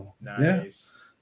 Nice